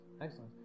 excellent